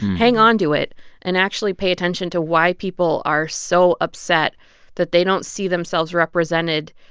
hang on to it and actually pay attention to why people are so upset that they don't see themselves represented